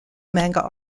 manga